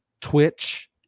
twitch